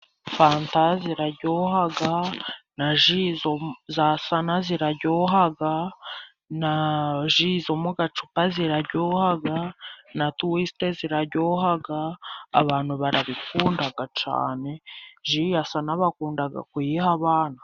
Fanta ziraryoha, na za sana ziraryoha, na ji zo mu gacupa ziraryoha na tuwisita ziraryoha . Abantu barabikunda cyane. Ji ya sa bakunda kuyiha abana.